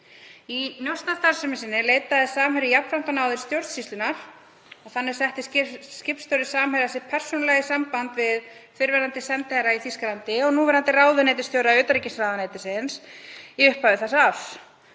Í njósnastarfsemi sinni leitaði Samherji jafnframt á náðir stjórnsýslunnar og þannig setti skipstjóri Samherja sig persónulega í samband við fyrrverandi sendiherra í Þýskalandi og núverandi ráðuneytisstjóra utanríkisráðuneytisins í upphafi þessa árs.